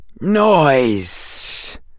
Noise